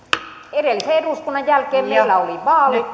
edellisen eduskunnan jälkeen meillä oli vaalit